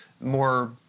more